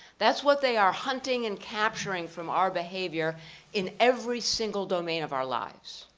that's what they are hunting and capturing from our behavior in every single domain of our lives.